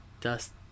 dust